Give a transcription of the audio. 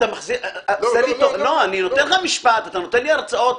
אתה נותן לי הרצאות.